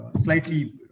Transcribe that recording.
slightly